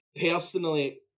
personally